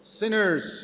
sinners